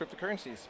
cryptocurrencies